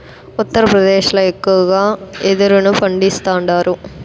ఉత్తరప్రదేశ్ ల ఎక్కువగా యెదురును పండిస్తాండారు